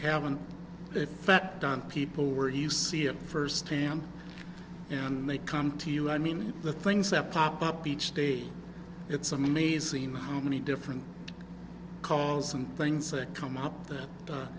have an effect on people who are you see it firsthand and they come to you i mean the things that pop up each day it's amazing how many different calls and things that come up